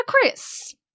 Chris